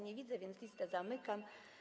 Nie widzę, więc listę zamykam.